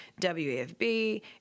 WFB